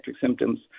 symptoms